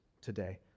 today